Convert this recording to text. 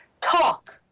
talk